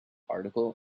article